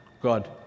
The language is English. God